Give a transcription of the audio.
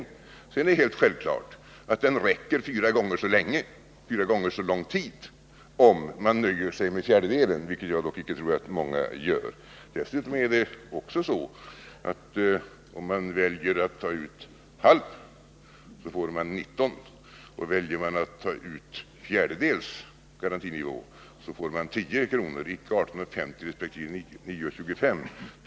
Sedan är det helt självklart att ersättningen räcker fyra gånger så lång tid, om man nöjer sig med fjärdedelen, vilket jag dock inte tror att många gör. Väljer man att ta ut halv garantinivå får man 19 kr., och väljer man att ta ut en fjärdedels garantinivå får man 10 kr. Beloppen är icke 18:50 resp. 9:25 kr.